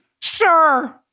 sir